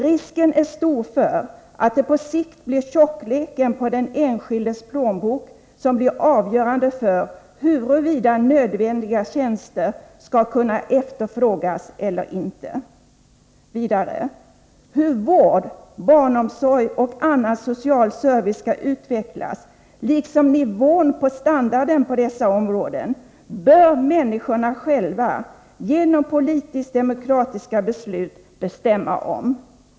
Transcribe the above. Risken är stor för att det på sikt blir tjockleken på den enskildes plånbok som blir avgörande för huruvida nödvändiga tjänster skall kunna efterfrågas eller inte. Vidare: Hur vård, barnomsorg och annan social service skall utvecklas, liksom nivån på standarden på dessa områden, bör människorna själva — genom politiskt demokratiska beslut — bestämma om.